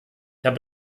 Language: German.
habe